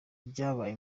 byabaye